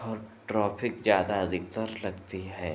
और ट्रफिक ज़्यादा अधिकतर लगती है